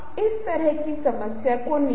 उन्हें रंगीन बनाओ लेकिन समझने योग्य